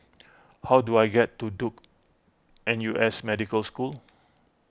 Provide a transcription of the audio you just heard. how do I get to Duke N U S Medical School